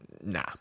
Nah